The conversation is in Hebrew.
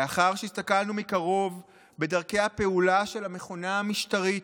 לאחר שהסתכלנו מקרוב בדרכי הפעולה של המכונה המשטרית,